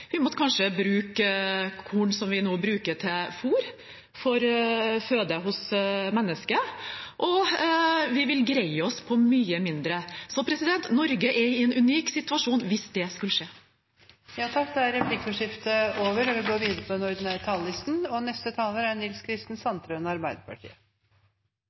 Vi må kanskje bruke korn som vi nå bruker til fôr, som føde for mennesker. Vi vil måtte greie oss på mye mindre. Norge er i en unik situasjon hvis det skulle skje. Replikkordskiftet er omme. Norge trenger felles forsikringer for å skape trygghet for folk. På noen områder er